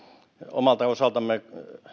omalta osaltamme